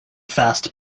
fast